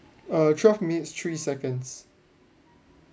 err twelve minutes three seconds